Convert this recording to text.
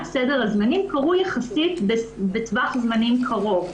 סדר הזמנים קרו יחסית בטווח זמנים קרוב.